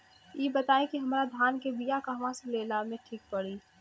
इ बताईं की हमरा धान के बिया कहवा से लेला मे ठीक पड़ी?